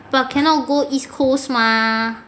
but cannot go east coast mah